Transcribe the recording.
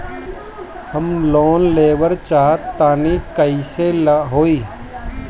हम लोन लेवल चाह तानि कइसे होई?